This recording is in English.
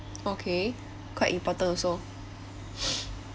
okay quite important also